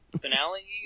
finale